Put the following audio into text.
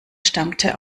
stammte